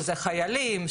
שזה חיילים,